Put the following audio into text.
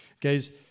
Guys